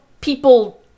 people